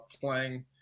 playing